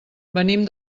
venim